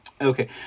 Okay